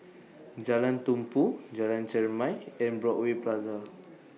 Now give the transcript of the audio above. Jalan Tumpu Jalan Chermai and Broadway Plaza